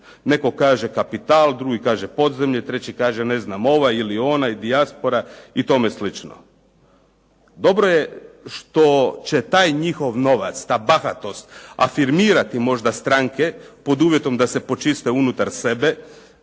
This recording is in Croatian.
Netko kaže kapital, drugi kaže podzemlje, treći kaže ovaj ili onaj, dijaspora i tome slično. Dobro je što će taj njihov novac, ta bahatost afirmirati možda stranke pod uvjetom da se počiste unutar sebe.